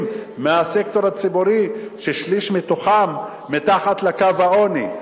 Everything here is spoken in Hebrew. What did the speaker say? מהסקטור הציבורי ששליש מתוכם מתחת לקו העוני.